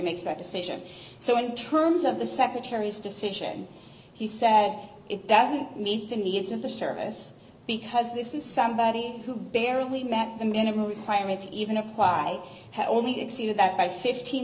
makes that decision so in terms of the secretary's decision he said it doesn't meet the needs of the service because this is somebody who barely met the minimal requirements even apply that only exceeded that by fifteen